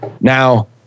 Now